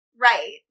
Right